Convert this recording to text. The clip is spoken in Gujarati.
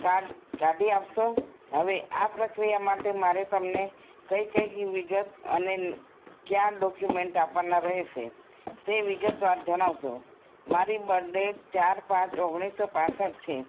કાર્ડ કાઢી આપશો હવે આ પ્રક્રિયા માટે મારે તમને કઈ કઈ વિગત અને કયા ડોક્યુમેન્ટ આપવાના રહેશે તે વિગતવાર જણાવશો મારી બડ્ડેટ ચાર પાંચ ઓગણીસો પાંસઠ છે